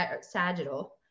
sagittal